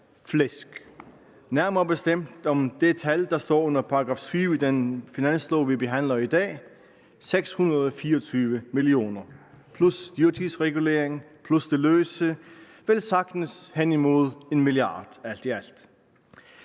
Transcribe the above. flæsk, nærmere bestemt om det tal, der står under § 7 i det finanslovforslag, vi behandler i dag: 624 mio. kr. plus dyrtidsregulering plus det løse, velsagtens hen imod en milliard kroner alt